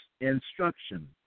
instruction